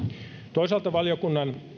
toisaalta valiokunnan